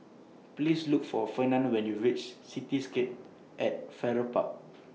Please Look For Fernand when YOU REACH Cityscape At Farrer Park